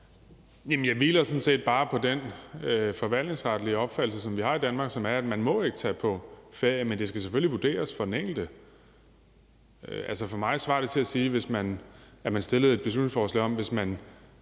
jeg hviler sådan set bare på den forvaltningsretlige opfattelse, som vi har i Danmark, og som er, at man ikke må tage på ferie, men at det selvfølgelig skal vurderes for den enkeltes vedkommende. Altså, for mig svarer det til at fremsætte et beslutningsforslag om, at hvis man